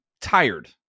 tired